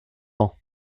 ans